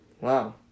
wow